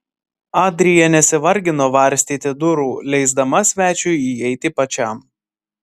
adrija nesivargino varstyti durų leisdama svečiui įeiti pačiam